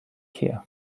here